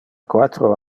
quatro